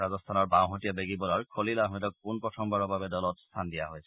ৰাজস্থানৰ বাওঁহতীয়া বেগী বলাৰ খলিল আহমেদক পোনপ্ৰথমবাৰৰ বাবে দলত স্থান দিয়া হৈছে